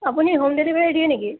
আপুনি home delivery দিয়ে নেকি